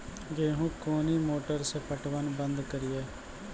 गेहूँ कोनी मोटर से पटवन बंद करिए?